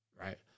right